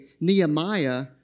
Nehemiah